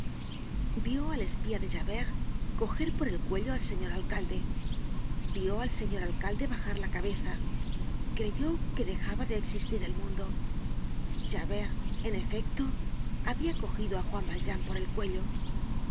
vió al espía javert coger por el cuello al señor alcalde vió al señor alcalde bajar la cabeza creyó que dejaba de existir el mundo javert en efecto habia cogido á juan valjean por el cuello